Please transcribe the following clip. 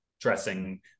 dressing